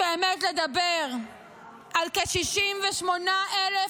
באמת איבדתם כל קשר למציאות ולחיים